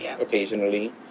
occasionally